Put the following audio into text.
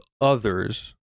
others